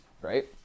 right